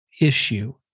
issue